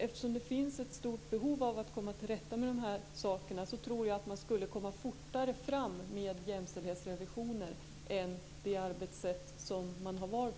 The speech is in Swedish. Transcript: Eftersom det finns ett stort behov av att komma till rätta med de här sakerna tror jag att man skulle komma fortare fram med jämställdhetsrevisioner än med det arbetssätt som man har valt.